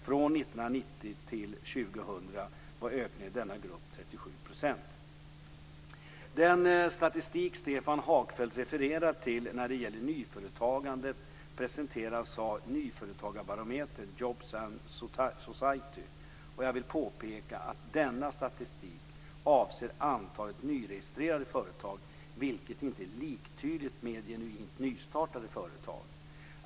Från 1990 till 2000 var ökningen i denna grupp 37 %. Den statistik Stefan Hagfeldt refererar till när det gäller nyföretagandet presenteras av Nyföretagarbarometern Jobs and Society. Jag vill påpeka att denna statistik avser antalet nyregistrerade företag vilket inte är liktydigt med genuint nystartade företag.